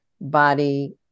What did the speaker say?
body